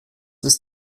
ist